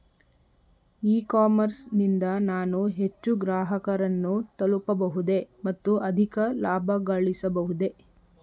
E commerce ನಿಂದ ನಾನು ಹೆಚ್ಚು ಗ್ರಾಹಕರನ್ನು ತಲುಪಬಹುದೇ ಮತ್ತು ಅಧಿಕ ಲಾಭಗಳಿಸಬಹುದೇ?